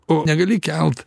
o negali kelt